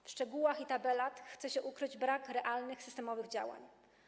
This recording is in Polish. W szczegółach i tabelach chce się ukryć brak realnych, systemowych działań.